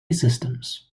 systems